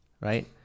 Right